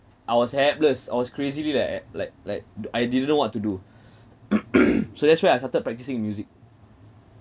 I was helpless I was crazily like eh like like d~ I didn't know what to do so that's where I started practising music